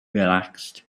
relaxed